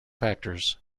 factors